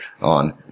on